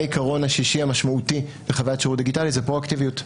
והעיקרון השישי המשמעותי לחוויית שירות דיגיטלית זה פרואקטיביות.